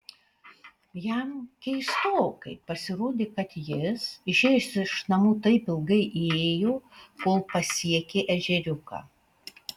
jam keistokai pasirodė kad jis išėjęs iš namų taip ilgai ėjo kol pasiekė ežeriuką